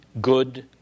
good